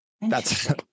that's-